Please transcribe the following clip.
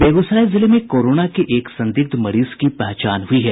बेगूसराय जिले में कोरोना के एक संदिग्ध मरीज की पहचान हई है